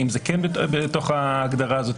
האם זה כן בתוך ההגדרה הזאת?